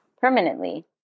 Permanently